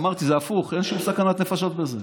זה הפוך: אין שום סכנת נפשות בזה,